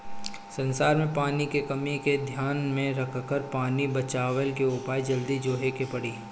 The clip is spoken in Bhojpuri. संसार में पानी के कमी के ध्यान में रखकर पानी बचवले के उपाय जल्दी जोहे के पड़ी